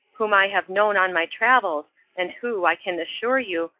whom i have known on my travels and who, i can assure you,